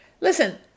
Listen